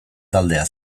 taldea